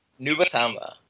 Nubatama